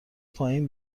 پایین